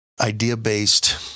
idea-based